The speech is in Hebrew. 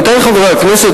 עמיתי חברי הכנסת,